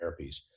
therapies